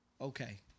okay